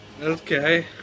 Okay